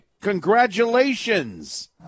congratulations